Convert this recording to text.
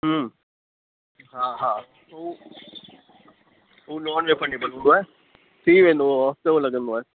हूं हा हा हू हू नान रीफंडेबल हूंदो आहे थी वेंदो हफ़्तो लॻंदो आहे